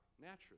naturally